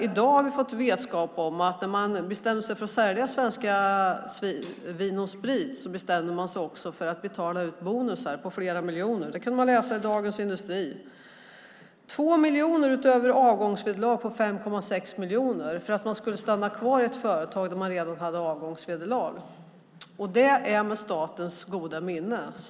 I dag har vi fått vetskap om att när man bestämde sig för att sälja det svenska Vin & Sprit bestämde man sig också för att betala ut bonusar på flera miljoner. Det kunde vi läsa i Dagens Industri. Man fick 2 miljoner utöver avgångsvederlag på 5,6 miljoner för att stanna kvar i ett företag när man redan hade avgångsvederlag - och detta med statens goda minne!